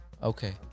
Okay